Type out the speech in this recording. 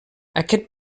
aquest